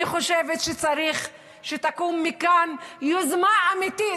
אני חושבת שצריך שתקום מכאן יוזמה אמיתית.